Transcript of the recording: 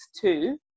two